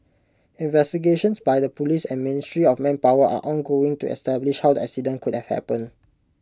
investigations by the Police and ministry of manpower are ongoing to establish how the accident could happened